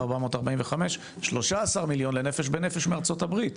14,445,000. 13,000,000 ל"נפש בנפש" מארצות הברית,